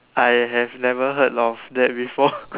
I have never heard of that before